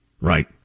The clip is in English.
right